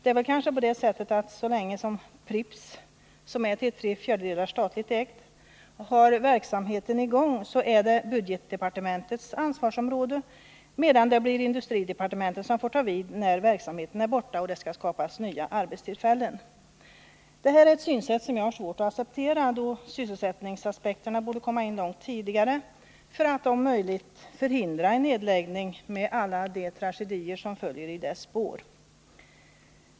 Det är kanske på det sättet, att så länge Pripps — som till tre fjärdedelar är statligt ägt — har verksamheten i gång tillhör det budgetdepartementets ansvarsområde, medan det blir industridepartementet som får ta vid när verksamheten är borta och det skall skapas nya arbetstillfällen. Detta är ett synsätt som jag har svårt att acceptera, då sysselsättningsaspekterna borde komma in långt tidigare för att man om möjligt skulle kunna förhindra en nedläggning och alla de tragedier som följer i dess spår.